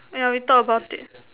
!aiya! we talk about it